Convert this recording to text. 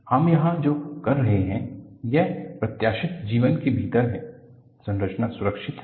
हम यहां जो कह रहे हैं वह प्रत्याशित जीवन के भीतर है संरचना सुरक्षित है